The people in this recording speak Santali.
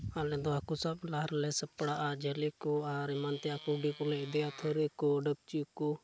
ᱟᱞᱮ ᱫᱚ ᱦᱟᱹᱠᱩ ᱥᱟᱵ ᱞᱟᱦᱟ ᱨᱮᱞᱮ ᱥᱟᱯᱲᱟᱜᱼᱟ ᱡᱷᱟᱹᱞᱤ ᱠᱚ ᱟᱨ ᱮᱢᱟᱱ ᱛᱮᱭᱟᱜ ᱠᱩᱰᱤ ᱠᱚᱞᱮ ᱤᱫᱤᱭᱟ ᱛᱷᱟᱹᱨᱤ ᱠᱚ ᱰᱮᱠᱪᱤ ᱠᱚ